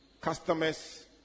customers